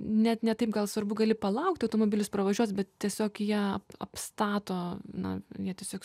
net ne taip gal svarbu gali palaukti automobilis pravažiuos bet tiesiog jie apstato na jie tiesiog